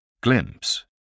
Glimpse